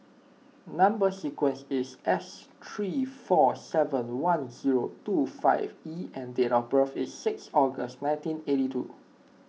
Number Sequence is S three four seven one zero two five E and date of birth is sixth August nineteen eighty two